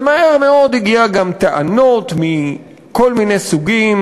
ומהר מאוד הגיעו גם טענות מכל מיני סוגים,